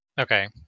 Okay